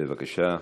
בבקשה.